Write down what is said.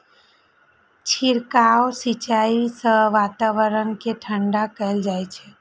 छिड़काव सिंचाइ सं वातावरण कें ठंढा कैल जाइ छै